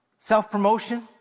Self-promotion